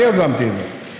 אני יזמתי את זה.